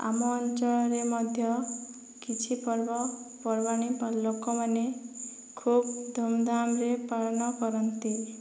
ଆମ ଅଞ୍ଚଳରେ ମଧ୍ୟ କିଛି ପର୍ବପର୍ବାଣି ଓ ଲୋକମାନେ ଖୁବ୍ ଧୁମ୍ଧାମ୍ରେ ପାଳନ କରନ୍ତି